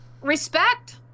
respect